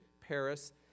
Paris